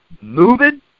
moving